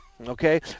Okay